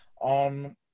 On